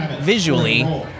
visually